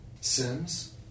Sims